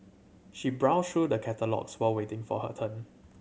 she browsed through the catalogues while waiting for her turn